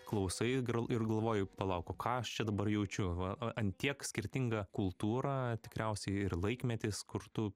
klausai ir galvoju palauk o ką aš čia dabar jaučiu va ant tiek skirtinga kultūra tikriausiai ir laikmetis kur tu